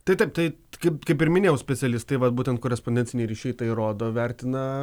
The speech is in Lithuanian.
tai taip tai kaip kaip ir minėjau specialistai vat būtent korespondenciniai ryšiai tai rodo vertina